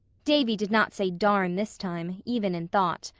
davy did not say darn this time, even in thought.